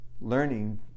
learning